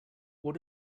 what